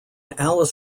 alice